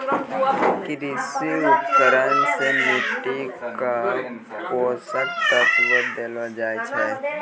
कृषि उपकरण सें मिट्टी क पोसक तत्व देलो जाय छै